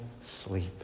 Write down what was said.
sleep